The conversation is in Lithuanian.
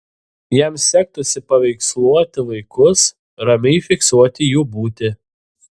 jam sektųsi paveiksluoti vaikus ramiai fiksuoti jų būtį